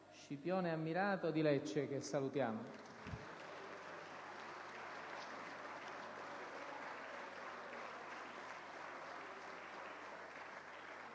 «Scipione Ammirato» di Lecce, che salutiamo.